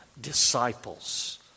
disciples